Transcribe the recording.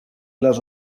les